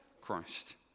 Christ